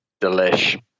Delish